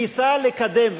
ניסה לקדם,